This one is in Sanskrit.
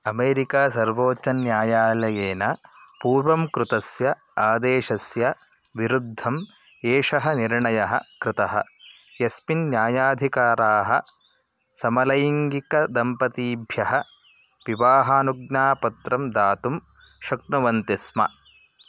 अमेरिका सर्वोच्चन्यायालयेन पूर्वं कृतस्य आदेशस्य विरुद्धम् एषः निर्णयः कृतः यस्मिन् न्यायाधिकाराः समलैङ्गिकदम्पतीभ्यः विवाहानुज्ञापत्रं दातुं शक्नुवन्ति स्म